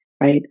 right